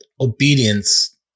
obedience